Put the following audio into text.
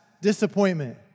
disappointment